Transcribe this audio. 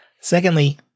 Secondly